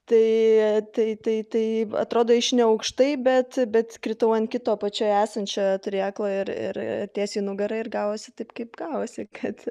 tai tai tai tai atrodo iš neaukštai bet bet kritau ant kito apačioje esančio turėklo ir ir tiesiai nugara ir gavosi taip kaip gavosi kad